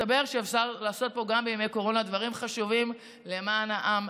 מסתבר שאפשר לעשות פה גם בימי קורונה דברים חשובים למען העם,